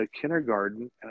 kindergarten